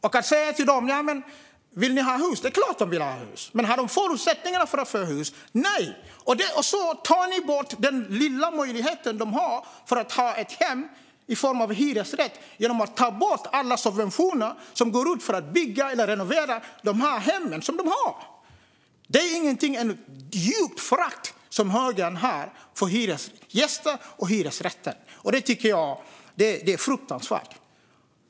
Om man frågar dem om de vill ha hus är det klart att de vill det. Men har de förutsättningar att skaffa hus? Nej. Och så tar ni bort den lilla möjlighet de har att ha ett hem i form av en hyresrätt genom att ta bort alla subventioner för att bygga eller renovera dessa hem. Högern har inget annat än ett djupt förakt för hyresgäster och hyresrätter. Det tycker jag är fruktansvärt.